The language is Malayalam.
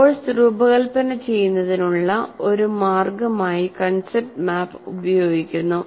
കോഴ്സ് രൂപകൽപ്പന ചെയ്യുന്നതിനുള്ള ഒരു മാർഗമായി കൺസെപ്റ്റ് മാപ്പ് ഉപയോഗിക്കുന്നു